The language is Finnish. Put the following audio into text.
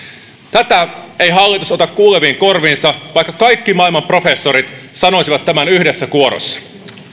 tätä ei hallitus ota kuuleviin korviinsa vaikka kaikki maailman professorit sanoisivat tämän yhdessä kuorossa